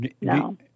No